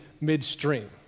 midstream